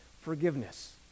forgiveness